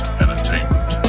entertainment